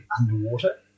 Underwater